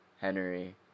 Henry